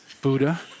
Buddha